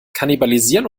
kannibalisieren